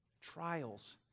trials